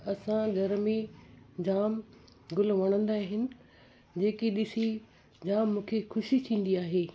असां घर में जाम गुल वणंदा आहिनि जेकी ॾिसी जाम मूंखे ख़ुशी थींदी आहे